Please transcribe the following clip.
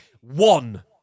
one